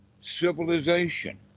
civilization